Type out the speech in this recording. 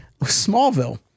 Smallville